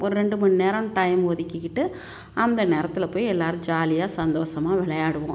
ஒரு ரெண்டு மணி நேரம் டைம் ஒதிக்கிக்கிட்டு அந்த நேரத்தில் போய் எல்லோரும் ஜாலியாக சந்தோசமாக விளையாடுவோம்